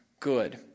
Good